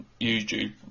YouTube